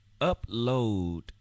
upload